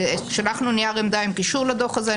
שלחנו נייר עמדה עם קישור לדוח הזה,